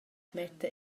metta